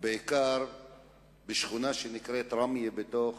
ובעיקר בשכונה שנקראת ראמיה בתוך